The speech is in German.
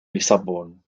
lissabon